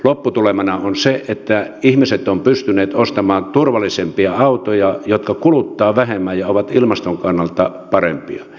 lopputulemana on se että ihmiset ovat pystyneet ostamaan turvallisempia autoja jotka kuluttavat vähemmän ja ovat ilmaston kannalta parempia